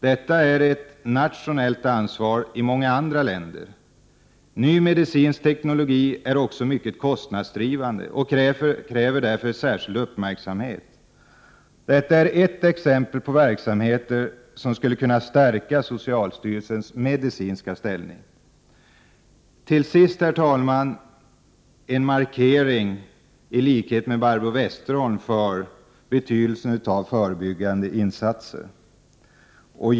Det är ett nationellt ansvar i många andra andra länder. Ny medicinsk teknologi är också mycket kostnadsdrivande och kräver därför särskild uppmärksamhet. Detta är ett exempel på verksamheter som skulle stärka socialstyrelsens medicinska ställning. Till sist, herr talman, en markering i likhet med Barbro Westerholm av betydelsen av förebyggande insatser.